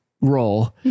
roll